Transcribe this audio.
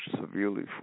severely